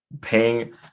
paying